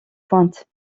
pointe